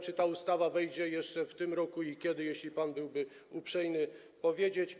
Czy ta ustawa wejdzie w życie jeszcze w tym roku i kiedy, jeśli pan byłby uprzejmy powiedzieć.